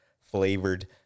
flavored